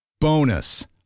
Bonus